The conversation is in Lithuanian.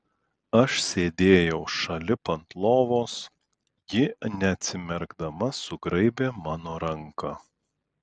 aš sėdėjau šalip ant lovos ji neatsimerkdama sugraibė mano ranką